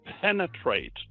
penetrate